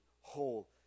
whole